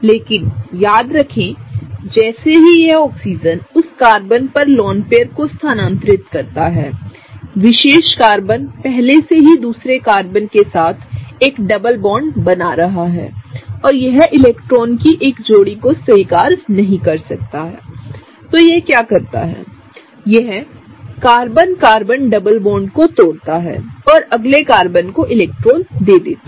लेकिन याद रखें कि जैसे ही यह ऑक्सीजन उस कार्बन पर लोन पेयर को स्थानांतरित करता है विशेष कार्बन पहले से ही दूसरे कार्बन के साथ एक डबल बॉन्ड बना रहा है और यह इलेक्ट्रॉनों की एक जोड़ी को स्वीकार नहीं कर सकता है तोयह क्या करता है यह कार्बन कार्बन डबल बॉन्ड को तोड़ता है और अगले कार्बन को इलेक्ट्रॉन दे देता है